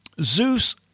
Zeus